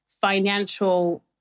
financial